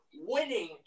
winning